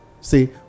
See